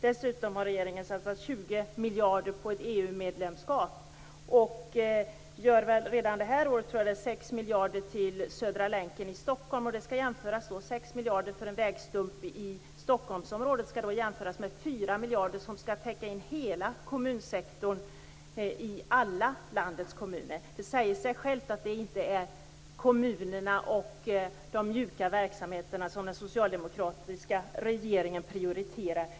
Dessutom har regeringen satsat 20 miljarder på ett EU medlemskap och ger redan det här året 6 miljarder till Södra länken i Stockholm - de 6 miljarderna för en vägstump i Stockholmsområdet skall jämföras med 4 miljarder, som skall täcka in hela kommunsektorn i alla landets kommuner. Det säger sig självt att det inte är kommunerna och de mjuka verksamheterna som den socialdemokratiska regeringen prioriterar.